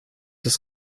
das